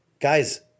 guys